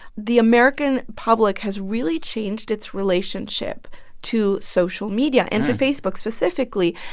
the american public has really changed its relationship to social media and to facebook specifically.